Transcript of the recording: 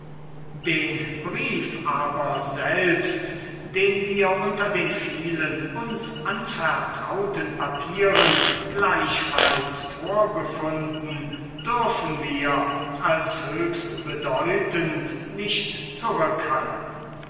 den brief aber selbst den wir unter den vielen uns anvertrauten papieren gleichfalls vorgefunden dürfen wir als höchst bedeutend nicht zurückhalten